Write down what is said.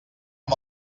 amb